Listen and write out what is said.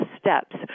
steps